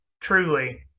truly